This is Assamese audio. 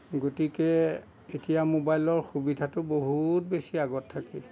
গতিকে এতিয়া মোবাইলৰ সুবিধাটো বহুত বেছি আগত থাকে